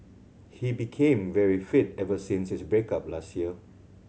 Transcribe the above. he became very fit ever since his break up last year